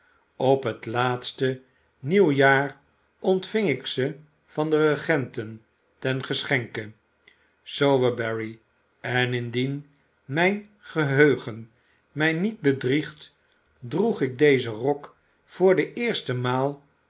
op het laatste nieuwjaar ontving ik ze van de regenten ten geschenke sowerberry en indien mijn geheugen mij niet bedriegt droeg ik dezen rok voor de eerste maal